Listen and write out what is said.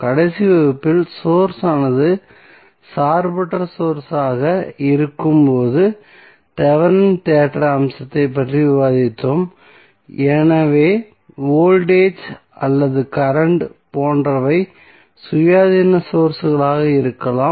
கடைசி வகுப்பில் சோர்ஸ் ஆனது சார்பற்ற சோர்ஸ் ஆக இருக்கும் போது தெவெனின் தேற்ற அம்சத்தைப் பற்றி விவாதித்தோம் எனவே வோல்டேஜ் அல்லது கரண்ட் போன்றவை சுயாதீன சோர்ஸ்களாக இருக்கலாம்